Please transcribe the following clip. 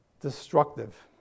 destructive